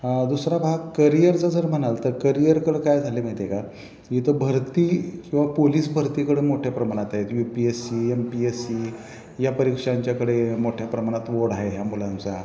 दुसरा भाग करियरचं जर म्हणाल तर करियरकडं काय झालं माहिती आहे का इथं भरती किंवा पोलिस भरतीकडे मोठ्या प्रमाणात आहेत U P S C M P S C या परीक्षांच्याकडे मोठ्या प्रमाणात ओढ आहे या मुलांचा